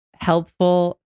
helpful